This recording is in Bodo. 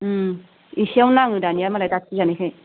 इसेयावनो नाङो दानिया मालाय दाथि जानायखाय